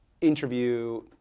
interview